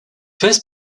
first